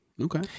Okay